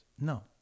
No